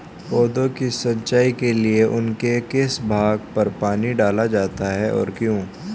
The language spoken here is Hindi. पौधों की सिंचाई के लिए उनके किस भाग पर पानी डाला जाता है और क्यों?